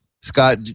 Scott